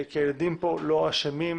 כי הילדים פה לא אשמים,